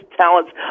talents